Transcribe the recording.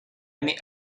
annie